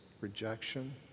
rejection